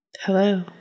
hello